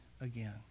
again